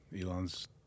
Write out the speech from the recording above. Elon's